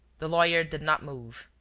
the lawyer did not move.